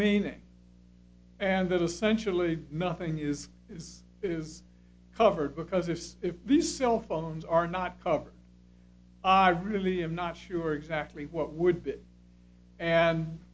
meaning and that essentially nothing is is is covered because this if the cell phones are not covered i really am not sure exactly what